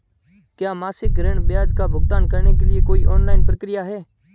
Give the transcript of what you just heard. क्या मासिक ऋण ब्याज का भुगतान करने के लिए कोई ऑनलाइन प्रक्रिया है?